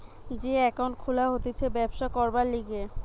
যে একাউন্ট খুলা হতিছে ব্যবসা করবার লিগে